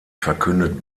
verkündet